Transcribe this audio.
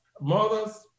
mothers